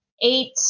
eight